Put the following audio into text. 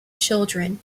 children